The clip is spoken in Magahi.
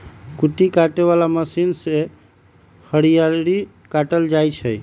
कुट्टी काटे बला मशीन से हरियरी काटल जाइ छै